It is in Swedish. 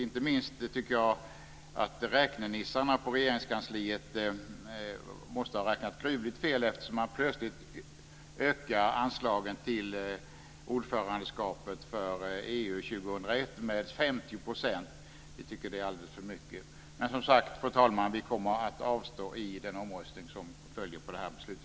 Inte minst anser jag att räknenissarna på Regeringskansliet måste ha räknat gruvligt fel, eftersom man plötsligt ökar anslaget till ordförandeskapet för EU 2001 med 50 %. Vi tycker att det är alldeles för mycket. Fru talman! Som sagt, vi kommer att avstå i den omröstning som följer på detta förslag.